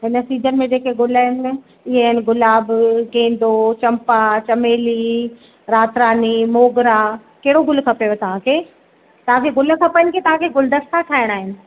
हिन सीज़न में जेके गुल आहिनि इहे आहिनि गुलाब गेंदो चम्पा चमेली रातरानी मोगरा कहिड़ो गुल खपेव तव्हांखे तव्हांखे गुल खपनि की तव्हांखे गुलदस्ता ठाहिणा आहिनि